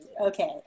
okay